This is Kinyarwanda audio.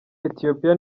ethiopiya